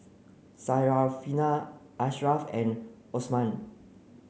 Syarafina Ashraff and Osman